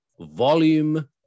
volume